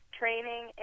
training